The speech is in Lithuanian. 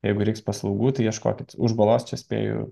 jeigu reiks paslaugų ieškokit už balos čia spėju